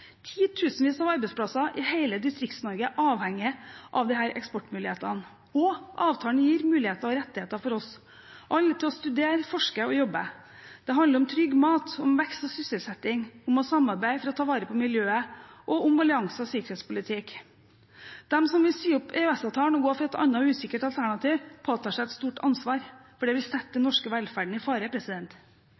Titusenvis av arbeidsplasser i hele Distrikts-Norge er avhengig av disse eksportmulighetene. Avtalen gir muligheter og rettigheter for oss alle til å studere, forske og jobbe. Det handler om trygg mat, om vekst og sysselsetting, om å samarbeide for å ta vare på miljøet og om allianse- og sikkerhetspolitikk. De som vil si opp EØS-avtalen og gå for et annet, usikkert alternativ, påtar seg et stort ansvar. Det vil sette den norske velferden i fare.